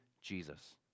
Jesus